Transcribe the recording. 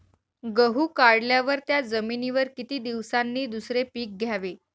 गहू काढल्यावर त्या जमिनीवर किती दिवसांनी दुसरे पीक घ्यावे?